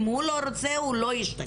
אם הוא לא רוצה הוא לא ישתקם,